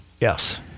Yes